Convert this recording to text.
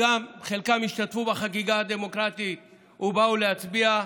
חלקם השתתפו בחגיגה הדמוקרטית ובאו להצביע.